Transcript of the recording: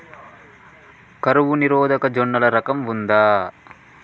కరువు నిరోధక జొన్నల రకం ఉందా?